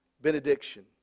benediction